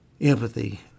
empathy